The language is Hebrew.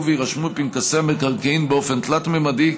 ויירשמו בפנקסי המקרקעין באופן תלת-ממדי,